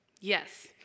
Yes